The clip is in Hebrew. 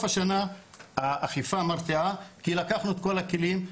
השנה האכיפה מרתיעה כי לקחנו את כל הכלים,